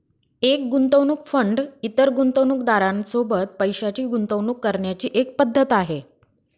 एक गुंतवणूक फंड इतर गुंतवणूकदारां सोबत पैशाची गुंतवणूक करण्याची एक पद्धत आहे